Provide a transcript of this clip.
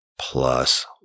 plus